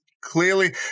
clearly